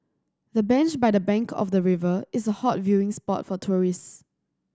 the bench by the bank of the river is a hot viewing spot for tourist